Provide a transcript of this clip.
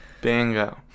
Bingo